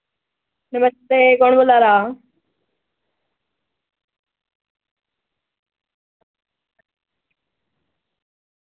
नमस्ते कु'न बोल्ला दा